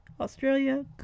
Australia